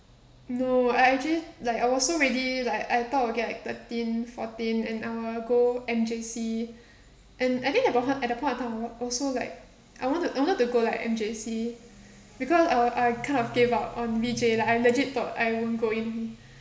no I actually like I also really like I thought I will get like thirteen fourteen and I will go M_J_C and I think at that point at that point of time I also like I want to I want to go like M_J_C because uh I kind of gave up on V_J like I'm legit thought I won't go in